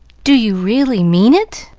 do you really mean it?